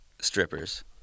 strippers